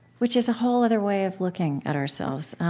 which is a whole other way of looking at ourselves.